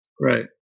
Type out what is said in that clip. Right